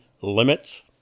limits